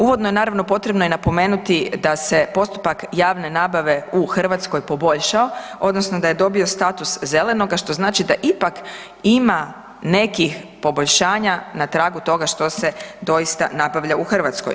Uvodno je naravno potrebno i napomenuti da se postupak javne nabave u Hrvatskoj poboljšao odnosno da je dobio status zelenoga što znači da ipak ima nekih poboljšanja na tragu toga što se doista nabavlja u Hrvatskoj.